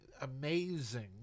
amazing